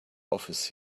office